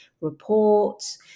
reports